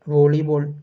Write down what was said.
volleyball